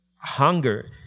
hunger